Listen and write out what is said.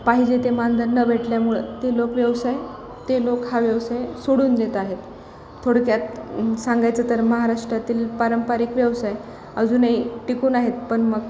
पाहिजे ते मानधन न भेटल्यामुळं ते लोक व्यवसाय ते लोक हा व्यवसाय सोडून देत आहेत थोडक्यात सांगायचं तर महाराष्ट्रातील पारंपारिक व्यवसाय अजूनही टिकून आहेत पण मग